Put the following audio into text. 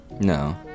No